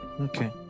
Okay